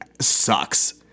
sucks